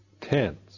tense